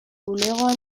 bulegoan